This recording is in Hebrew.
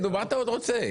מה עוד אתה רוצה?